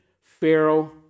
Pharaoh